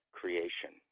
creation